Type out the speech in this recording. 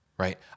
Right